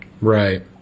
Right